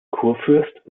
kurfürst